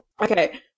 Okay